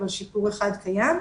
אבל שיפור אחד קיים.